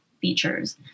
features